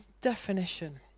Definition